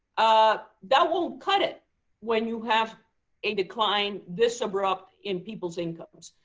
ah that won't cut it when you have a decline this abrupt in people's incomes.